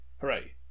hooray